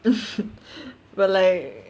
but like